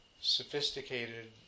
sophisticated